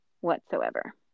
whatsoever